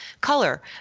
color